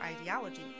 ideology